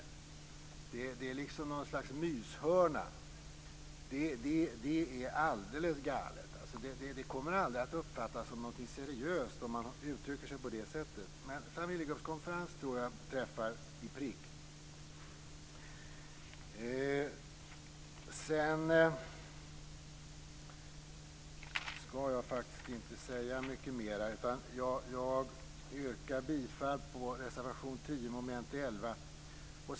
Det låter som att det rör sig om något slags myshörna. Det är alldeles galet. Det kommer aldrig att uppfattas som någonting seriöst, när man uttrycker sig på det sättet. Men familjegruppskonferens är ett begrepp som träffar i prick.